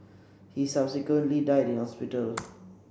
he subsequently died in hospital